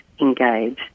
engage